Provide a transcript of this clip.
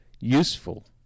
useful